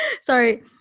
sorry